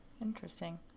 interesting